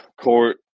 court